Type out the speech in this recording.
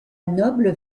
noble